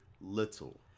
little